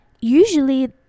usually